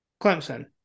Clemson